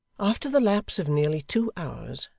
after the lapse of nearly two hours,